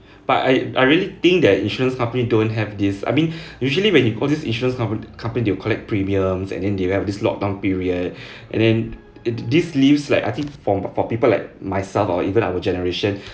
but I I really think that insurance company don't have this I mean usually when you go these insurance compa~ company they will collect premiums and then they will have this lock down period and then it this leaves like I think for for people like myself or even our generation